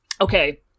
Okay